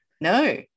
No